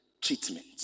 treatment